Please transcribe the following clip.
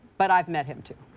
but i've met him, too.